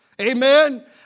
Amen